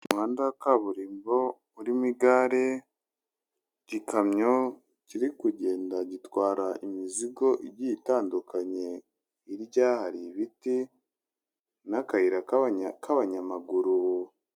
Umuhanda wa kaburimbo urimo igare, igikamyo kiri kugenda gitwara imizigo igiye itandukanye, hirya hari ibiti n'akayira k'abanyamaguru.